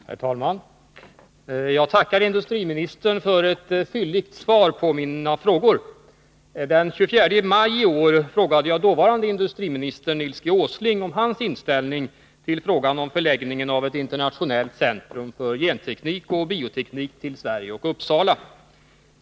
Herr talman! Jag tackar industriministern för ett fylligt svar på mina frågor. Den 24 maj i år frågade jag dåvarande industriministern, Nils Åsling, om hans inställning till frågan om förläggningen av ett internationellt centrum för genteknik och bioteknik till Sverige och Uppsala.